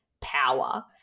power